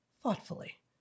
Thoughtfully